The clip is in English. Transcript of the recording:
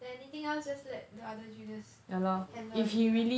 then anything else just let the other juniors handle already lah